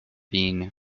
bean